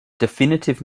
definitive